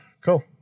Cool